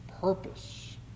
purpose